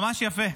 ממש יפה.